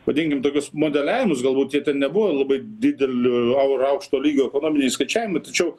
vadinkim tokius modeliavimus galbūt jie ten nebuvo labai didelio ir au aukšto lygio ekonominiai skaičiavimai tačiau